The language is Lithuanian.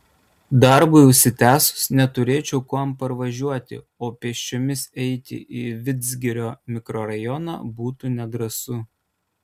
darbui užsitęsus neturėčiau kuo parvažiuoti o pėsčiomis eiti į vidzgirio mikrorajoną būtų nedrąsu